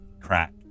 crack